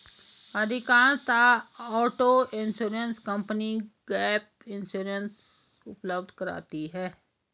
अधिकांशतः auto insurance company gap insurance उपलब्ध कराती है